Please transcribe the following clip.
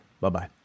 Bye-bye